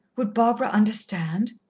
would barbara understand?